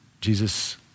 Jesus